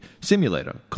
simulator